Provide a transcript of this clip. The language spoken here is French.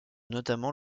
notamment